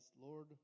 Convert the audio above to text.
Lord